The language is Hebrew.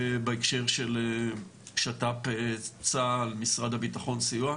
בהקשר של שת"פ צה"ל משרד הביטחון סיוע,